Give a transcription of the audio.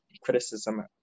criticism